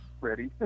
ready